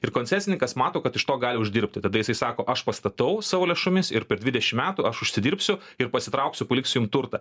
ir koncesininkas mato kad iš to gali uždirbti tada jisai sako aš pastatau savo lėšomis ir per dvidešimt metų aš užsidirbsiu ir pasitrauksiu paliks jum turtą